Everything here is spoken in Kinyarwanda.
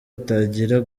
atangira